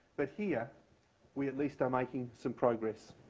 but here we at least are making some progress.